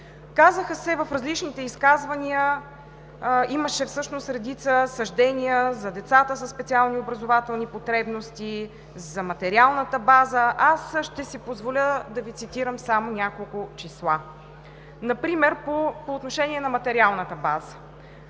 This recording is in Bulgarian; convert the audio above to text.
промяна. В различните изказвания имаше всъщност редица съждения за децата със специални образователни потребности, за материалната база. Аз ще си позволя да Ви цитирам само няколко числа. Например по отношение на материалната база.